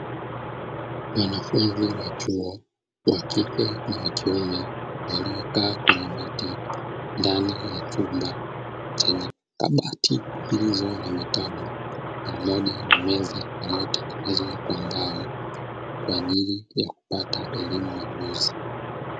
Wanafunzi wa chuo wa kike na wa kiume waliokaa kwenye viti ndani ya chumba chenye kabati zilizo na vitabu pamoja na meza, zilizotengenezwa kwa mbao kwaajili ya kupata elimu na ujuzi.